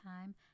time